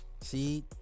See